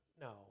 No